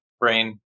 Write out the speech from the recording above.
brain